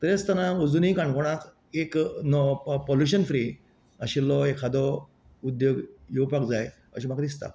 तरी आसतना आजुनी काणकोणाक एक नवो पोलुशन फ्री आशिल्लो एखादो उद्योग येवपाक जाय अशें म्हाका दिसता